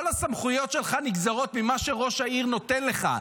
כל הסמכויות שלך נגזרות ממה שראש העיר נותן לך.